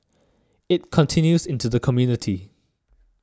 it continues into the community